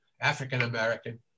African-American